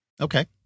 Okay